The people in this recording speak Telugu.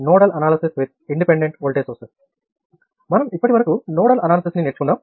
మనం ఇప్పటి వరకు నోడల్ అనాలిసిస్ ని నేర్చుకున్నాం